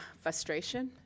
frustration